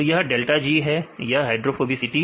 तो यह delta G है और यह हाइड्रोफोबिसिटी